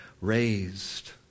raised